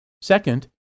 Second